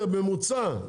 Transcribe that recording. ממוצע?